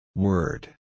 Word